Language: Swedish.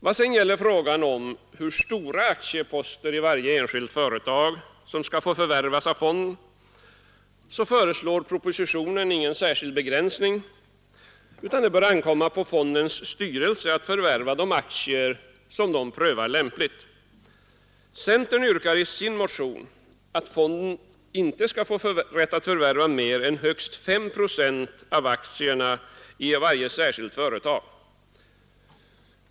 Vad sedan gäller frågan om hur stora aktieposter i varje enskilt företag som skall förvärvas av fonden så föreslår propositionen ingen särskild begränsning, utan det bör ankomma på fondens styrelse att förvärva de aktier som den prövar lämpligt. Centern yrkar i sin motion att fonden inte skall få rätt att förvärva mer än högst 5 procent av aktierna i varje särskilt företag.